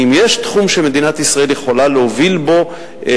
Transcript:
כי אם יש תחום שמדינת ישראל יכולה להוביל בו,